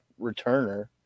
returner